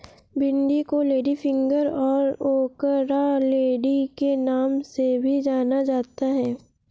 भिन्डी को लेडीफिंगर और ओकरालेडी के नाम से भी जाना जाता है